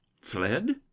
Fled